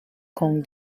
con